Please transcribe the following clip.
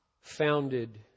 founded